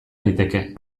daiteke